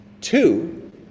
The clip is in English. Two